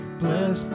bless